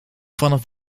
vanaf